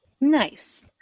Nice